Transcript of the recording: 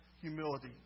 humility